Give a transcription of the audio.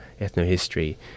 ethno-history